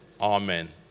Amen